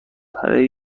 برای